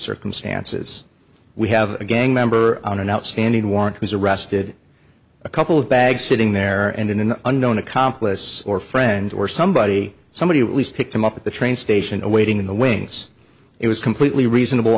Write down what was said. circumstances we have a gang member on an outstanding warrant was arrested a couple of bags sitting there and an unknown accomplice or friend or somebody somebody at least picked them up at the train station or waiting in the wings it was completely reasonable